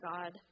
God